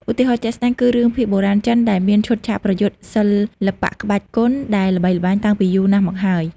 ឧទាហរណ៍ជាក់ស្តែងគឺរឿងភាគបុរាណចិនដែលមានឈុតឆាកប្រយុទ្ធសិល្បៈក្បាច់គុនដែលល្បីល្បាញតាំងពីយូរណាស់មកហើយ។